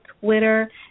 Twitter